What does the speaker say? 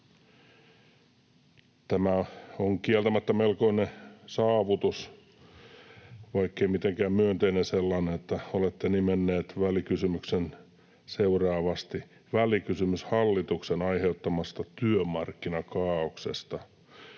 Tämä on kieltämättä melkoinen saavutus, vaikkei mitenkään myönteinen sellainen, että olette nimenneet välikysymyksen seuraavasti: ”Välikysymys hallituksen aiheuttamasta työmarkkinakaaoksesta.”